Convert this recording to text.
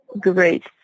great